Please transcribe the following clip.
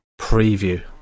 preview